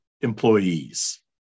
employees